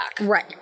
Right